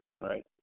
right